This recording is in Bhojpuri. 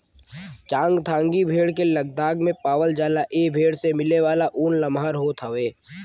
चांगथांगी भेड़ के लद्दाख में पावला जाला ए भेड़ से मिलेवाला ऊन लमहर होत हउवे